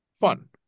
fun